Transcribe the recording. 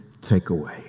takeaway